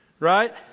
Right